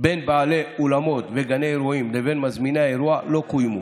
בעלי אולמות וגני אירועים לבין מזמיני האירוע לא קוימו.